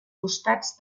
costats